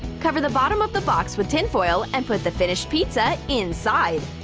cover the bottom of the box with tinfoil. and put the finished pizza inside.